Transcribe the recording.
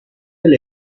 del